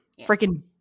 freaking